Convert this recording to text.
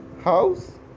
house